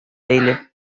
бәйле